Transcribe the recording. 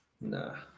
Nah